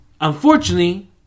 Unfortunately